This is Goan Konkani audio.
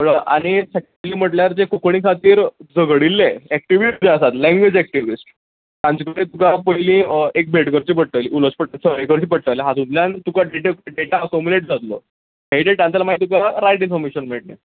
आनीक मेन म्हटल्यार जे कोंकणी खातीर झगडिल्ले एक्टीविस्ट जे आसा लेंग्वेज एक्टीविस्ट तांचे कडेन तुका पयली एक भेट करची पडटली उलोवचें पडटलें सर्वे करचे पडटलें हातूंतल्यान तुका डेटा एक्युमिलेट जातलो हे डेटांतल्यान मागीर तुका रायट इनफोर्मेशन मेळटलें